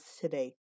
today